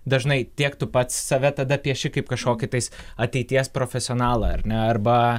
dažnai tiek tu pats save tada pieši kaip kažkokį tais ateities profesionalą ar ne arba